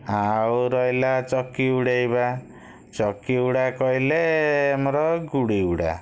ଆଉ ରହିଲା ଚକି ଉଡ଼େଇବା ଚକି ଉଡ଼ା କହିଲେ ଆମର ଗୁଡ଼ି ଉଡ଼ା